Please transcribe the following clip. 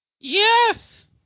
Yes